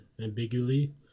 ambiguously